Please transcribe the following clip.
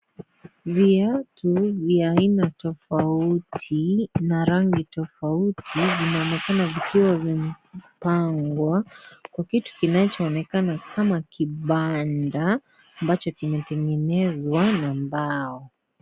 Viatu vya aina tofauti na rangi tofauti zinaonekana zikiwa vimepangwa ,kwa kitu kinachoonekana kama kibanda ambacho imetengenezwa na mbao.